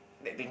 that thing